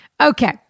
Okay